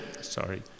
sorry